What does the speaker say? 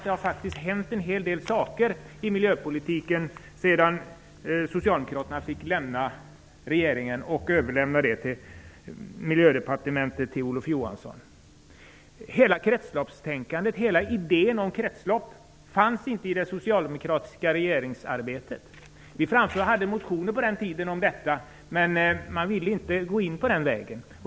Det har faktiskt hänt en hel del i miljöpolitiken sedan Socialdemokraterna fick lämna regeringsmakten och överlämna Kretsloppstänkandet fanns inte med i det socialdemokratiska regeringsarbetet. Vi väckte motioner om detta på den tiden, men man ville inte gå in på den vägen.